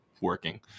working